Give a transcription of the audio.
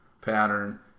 pattern